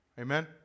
Amen